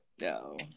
No